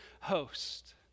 host